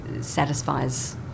satisfies